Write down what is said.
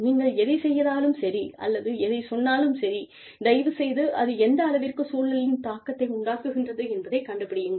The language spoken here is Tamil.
நீங்கள் எதைச் செய்தாலும் சரி அல்லது எதை சொன்னாலும் சரி தயவுசெய்து அது எந்தளவிற்குச் சூழலில் தாக்கத்தை உண்டாக்குகிறது என்பதைக் கண்டுபிடியுங்கள்